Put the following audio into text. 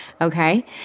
okay